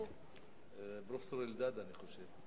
פרופסור אלדד, אני חושב.